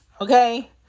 okay